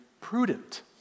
prudent